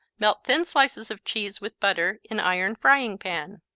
melt thin slices of cheese with butter in iron frying pan,